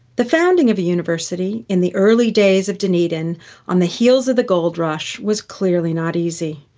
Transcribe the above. the founding of the university in the early days of dunedin on the heels of the gold rush was clearly not easy.